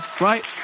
Right